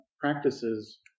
practices